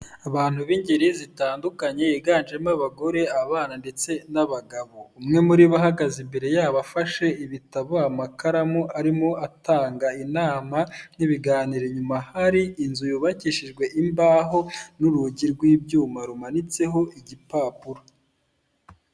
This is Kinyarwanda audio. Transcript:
abantu b'ingeri zitandukanye ziganjemo abagore abana ndetse n'abagabo umwe muri bo ba ahagaze imbere yabo afashe ibitabo amakaramu arimo atanga inama n'ibiganiro inyuma hari inzu yubakishijwe imbaho n'urugi rw'ibyuma rumanitseho igipapuro .